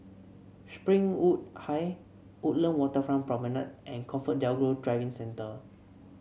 Springwood High Woodland Waterfront Promenade and ComfortDelGro Driving Centre